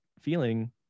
Feeling